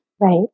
Right